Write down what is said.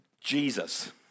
Jesus